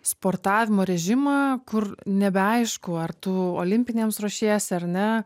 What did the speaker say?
sportavimo režimą kur nebeaišku ar tu olimpinėms ruošiesi ar ne